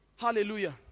Hallelujah